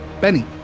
Benny